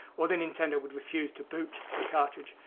or the nintendo would refuse to boot the cartridge.